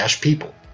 people